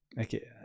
okay